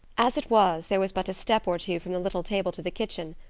as it was there was but a step or two from the little table to the kitchen,